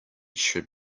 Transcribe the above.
should